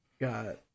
Got